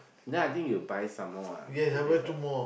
then I think you buy some more ah to take back